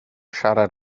siarad